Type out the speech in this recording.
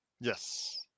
Yes